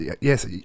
Yes